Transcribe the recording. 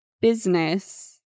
business